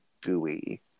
gooey